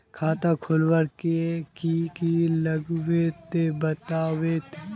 खाता खोलवे के की की लगते बतावे?